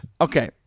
Okay